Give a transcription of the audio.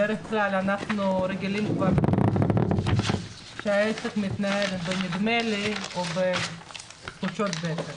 בדרך כלל אנחנו רגילים שהעסק מתנהל בנדמה לי או בתחושות בטן.